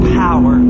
power